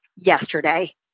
yesterday